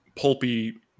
pulpy